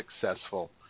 successful